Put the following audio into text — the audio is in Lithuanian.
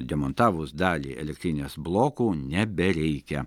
demontavus dalį elektrinės blokų nebereikia